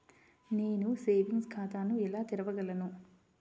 నేను సేవింగ్స్ ఖాతాను ఎలా తెరవగలను?